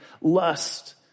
lust